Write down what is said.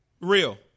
Real